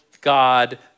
God